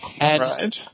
Right